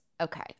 Okay